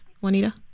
Juanita